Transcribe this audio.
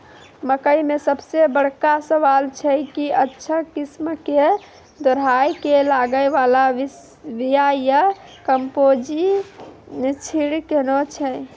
मकई मे सबसे बड़का सवाल छैय कि अच्छा किस्म के दोहराय के लागे वाला बिया या कम्पोजिट सीड कैहनो छैय?